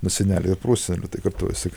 nuo senelių ir prosenelių tai kartojasi